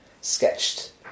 sketched